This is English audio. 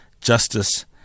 Justice